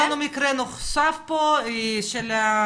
לא, אבל היה לנו מקרה נוסף פה של ורוניקה.